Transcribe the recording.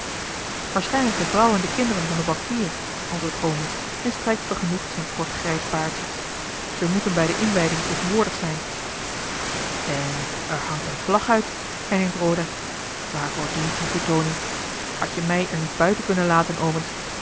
waarschijnlijk de vrouw en de kinderen van den bankier antwoordt omens en strijkt vergenoegd zijn kort grijs baardje ze moeten bij de inwijding tegenwoordig zijn en er hangt eene vlag uit herneemt roda waarvoor dient die vertooning hadt je mij er niet buiten kunnen laten omens